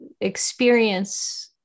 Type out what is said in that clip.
experience